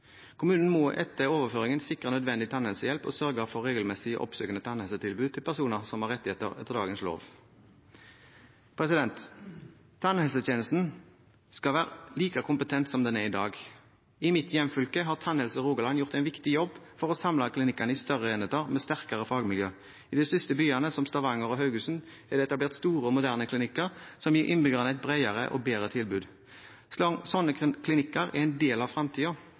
Kommunen må etter overføringen sikre nødvendig tannhelsehjelp og sørge for regelmessig oppsøkende tannhelsetilbud til personer som har rettigheter etter dagens lov. Tannhelsetjenesten skal være like kompetent som den er i dag. I mitt hjemfylke har Tannhelse Rogaland gjort en viktig jobb for å samle klinikkene i større enheter med sterkere fagmiljø. I de største byene, som Stavanger og Haugesund, er det etablert store og moderne klinikker som gir innbyggerne et bredere og bedre tilbud. Sånne klinikker er en del av